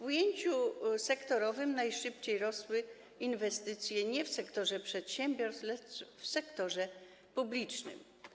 W ujęciu sektorowym najszybciej rosły inwestycje nie w sektorze przedsiębiorstw, lecz w sektorze publicznym.